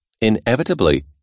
Inevitably